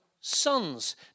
sons